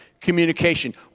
communication